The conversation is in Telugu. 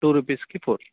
టూ రుపీస్కి ఫోర్